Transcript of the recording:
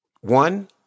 One